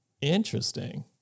Interesting